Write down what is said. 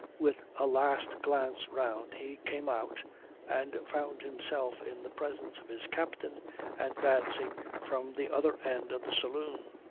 with a last glance round he came out and found himself in the presence of his captain advancing from the other end of the saloon.